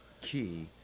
key